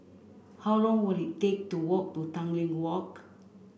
how long will it take to walk to Tanglin Walk